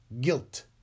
Guilt